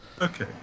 Okay